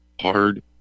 hard